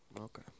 Okay